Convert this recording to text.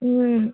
ও